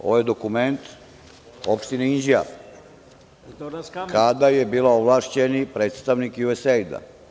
Ovo je dokument opštine Inđija, kada je bila ovlašćeni predstavnik USAID.